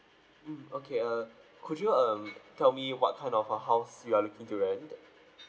mm okay uh could you um tell me what kind of uh house you are looking to rent